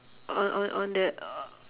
on on on the o~